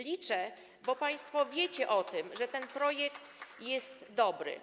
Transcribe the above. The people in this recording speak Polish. Liczę, bo państwo wiecie o tym, że ten projekt jest dobry.